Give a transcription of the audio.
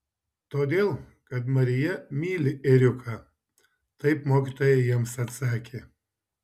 todėl kad marija myli ėriuką taip mokytoja jiems atsakė